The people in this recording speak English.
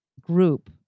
group